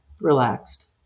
relaxed